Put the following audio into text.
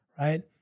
right